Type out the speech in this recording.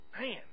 Man